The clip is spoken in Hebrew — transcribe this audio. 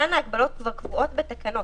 כאן ההגבלות כבר קבועות בתקנות.